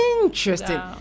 Interesting